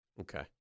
Okay